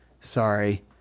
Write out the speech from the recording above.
Sorry